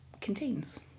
contains